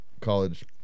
College